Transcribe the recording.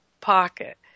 pocket